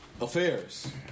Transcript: affairs